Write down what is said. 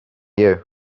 you